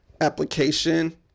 Application